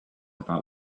about